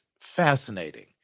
fascinating